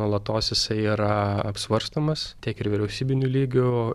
nuolatos jisai yra apsvarstomas tiek ir vyriausybiniu lygiu